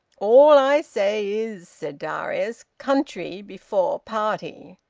all i say is, said darius, country before party!